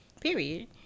Period